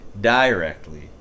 directly